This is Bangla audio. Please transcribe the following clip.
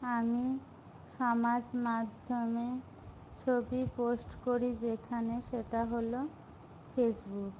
আমি সমাজমাধ্যমে ছবি পোস্ট করি যেখানে সেটা হল ফেসবুক